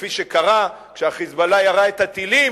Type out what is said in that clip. כפי שקרה כשה"חיזבאללה" ירה את הטילים,